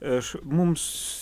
aš mums